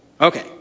Okay